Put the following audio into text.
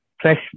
fresh